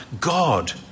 God